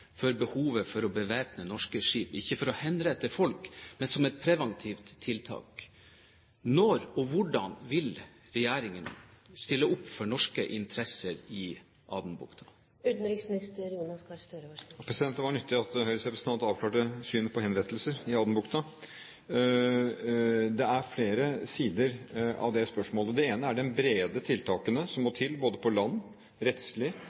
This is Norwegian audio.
for behovet for å bevæpne norske skip, ikke for å henrette folk, men som et preventivt tiltak. Når og hvordan vil regjeringen stille opp for norske interesser i Adenbukta? Det var nyttig at Høyres representant avklarte sitt syn på henrettelser i Adenbukta. Det er flere sider av dette spørsmålet. Det ene er de brede tiltakene som må til på land, rettslig